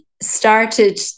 started